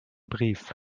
brief